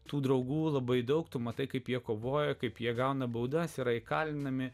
tų draugų labai daug tu matai kaip jie kovoja kaip jie gauna baudas yra įkalinami